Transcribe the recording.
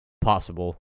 possible